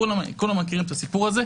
כולם מכירים את הסיפור הזה.